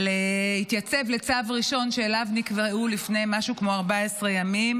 להתייצב לצו ראשון שאליו נקראו לפני משהו כמו 14 ימים,